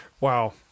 Wow